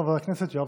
חבר הכנסת יואב